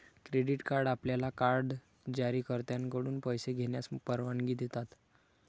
credit card आपल्याला card जारीकर्त्याकडून पैसे घेण्यास परवानगी देतात